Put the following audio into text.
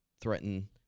threaten